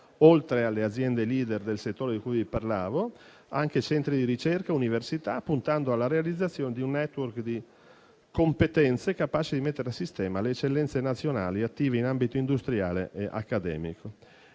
oltre alle aziende *leader* del settore di cui parlavo, anche centri di ricerca e università, puntando alla realizzazione di un *network* di competenze capace di mettere a sistema le eccellenze nazionali attive in ambito industriale e accademico.